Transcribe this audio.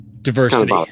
Diversity